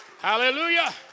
Hallelujah